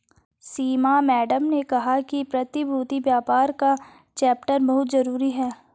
सीमा madam ने कहा कि प्रतिभूति व्यापार का चैप्टर बहुत जरूरी है